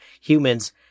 humans